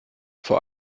vor